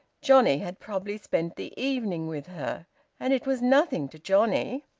johnnie had probably spent the evening with her and it was nothing to johnnie!